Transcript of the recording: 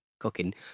Cooking